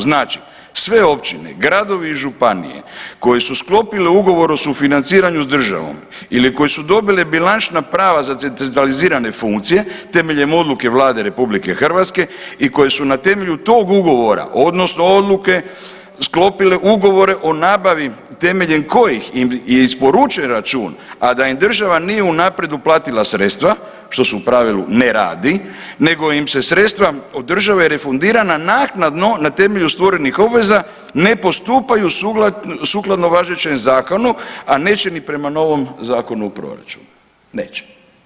Znači, sve općine, gradovi i županije koje su sklopile ugovor o sufinanciranju s državom ili koje su dobile bilančna prava za centralizirane funkcije temeljem odluke Vlade RH i koje su na temelju tog ugovora odnosno odluke sklopile ugovore o nabavi temeljem kojih im je isporučen račun, a da im država nije unaprijed uplatila sredstva, što se u pravilu ne radi nego im se sredstva od države refundirana naknadno na temelju stvorenih obveza ne postupaju sukladno važećem zakonu, a neće ni prema novom Zakonu o proračunu, neće.